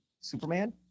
Superman